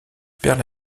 perd